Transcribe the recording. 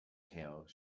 tale